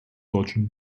deutschen